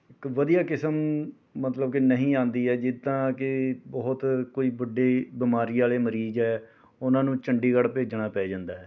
ਇੱਕ ਵਧੀਆ ਕਿਸਮ ਮਤਲਬ ਕਿ ਨਹੀਂ ਆਉਂਦੀ ਹੈ ਜਿੱਦਾਂ ਕਿ ਬਹੁਤ ਕੋਈ ਵੱਡੀ ਬਿਮਾਰੀ ਵਾਲੇ ਮਰੀਜ਼ ਹੈ ਉਨ੍ਹਾਂ ਨੂੰ ਚੰਡੀਗੜ੍ਹ ਭੇਜਣਾ ਪੈ ਜਾਂਦਾ ਹੈ